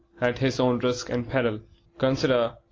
at his own risk and peril consider,